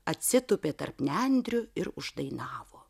atsitūpė tarp nendrių ir uždainavo